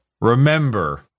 Remember